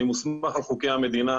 אני מוסמך על חוקי המדינה,